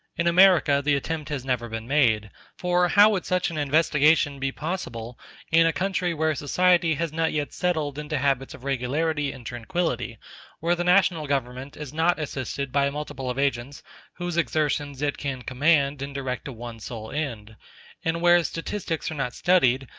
in america the attempt has never been made for how would such an investigation be possible in a country where society has not yet settled into habits of regularity and tranquillity where the national government is not assisted by a multiple of agents whose exertions it can command and direct to one sole end and where statistics are not studied,